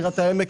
בירת העמק,